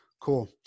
cool